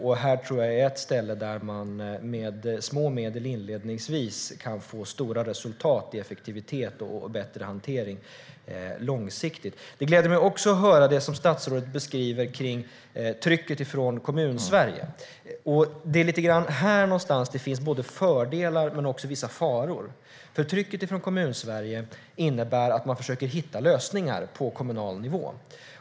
Det här tror jag är ett ställe där man med små medel inledningsvis kan få stora resultat i effektivitet och bättre hantering långsiktigt. Det gläder mig att höra statsrådet beskriva trycket från Kommunsverige. Det är lite grann här någonstans det finns både fördelar och vissa faror. Trycket från Kommunsverige innebär att man försöker hitta lösningar på kommunal nivå.